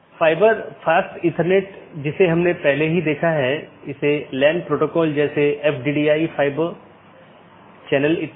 गैर संक्रमणीय में एक और वैकल्पिक है यह मान्यता प्राप्त नहीं है इस लिए इसे अनदेखा किया जा सकता है और दूसरी तरफ प्रेषित नहीं भी किया जा सकता है